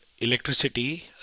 electricity